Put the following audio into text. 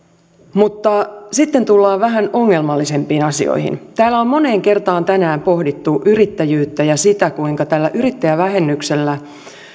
mutta sitten tullaan vähän ongelmallisempiin asioihin täällä on moneen kertaan tänään pohdittu yrittäjyyttä ja sitä kuinka tällä yrittäjävähennyksellä